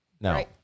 no